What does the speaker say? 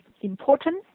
important